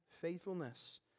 faithfulness